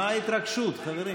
מה ההתרגשות, חברים?